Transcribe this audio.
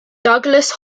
douglass